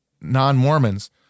non-Mormons